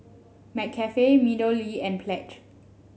McCafe MeadowLea and Pledge